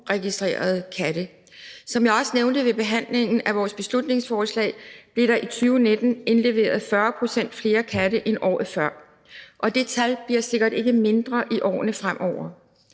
uregistrerede katte. Som jeg også nævnte under behandlingen af vores beslutningsforslag, blev der i 2019 indleveret 40 pct. flere katte end året før, og det tal bliver sikkert ikke mindre i årene fremover.